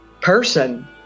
person